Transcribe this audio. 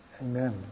Amen